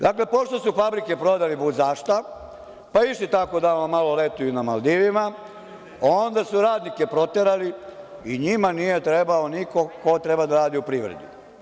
Dakle, poštu su fabrike prodali budzašta, pa isti tako da malo letuju na Maldivima, onda su radnike proterali i njima nije trebao niko ko treba da radi u privredi.